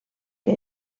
que